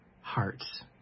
hearts